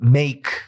make